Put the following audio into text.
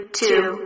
two